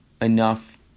enough